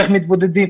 איך מתבודדים.